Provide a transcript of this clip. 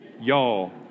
Y'all